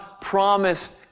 promised